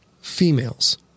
females